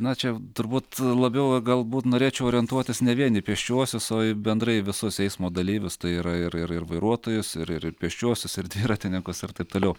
na čia turbūt labiau galbūt norėčiau orientuotis ne vien į pėsčiuosius o į bendrai visus eismo dalyvius tai yra ir ir ir vairuotojus ir ir ir pėsčiuosius ir dviratininkus ir taip toliau